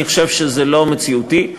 אני חושב שזה לא מציאותי.